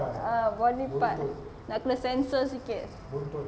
ah body part nak kena censor sikit